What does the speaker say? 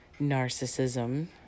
narcissism